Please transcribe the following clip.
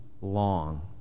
long